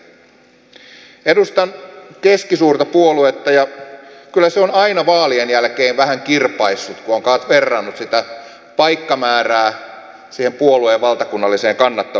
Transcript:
edustan keskisuurta puoluetta ja kyllä se on aina vaalien jälkeen vähän kirpaissut kun on verrannut sitä paikkamäärää siihen puolueen valtakunnalliseen kannatukseen